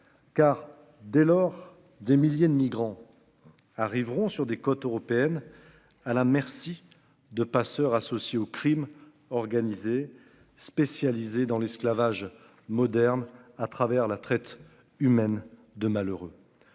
Car dès lors des milliers de migrants. Arriveront sur des côtes européennes à la merci de passeurs associé au Crime organisé spécialisé dans l'esclavage moderne à travers la traite humaine de malheureux.